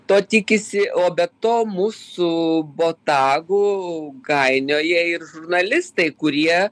to tikisi o be to mus su botagu gainioja ir žurnalistai kurie